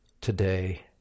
today